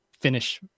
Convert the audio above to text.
finish